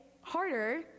harder